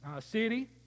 city